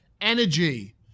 energy